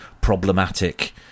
problematic